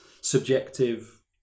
subjective